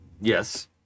Yes